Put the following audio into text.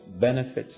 benefits